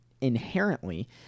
inherently